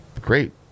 great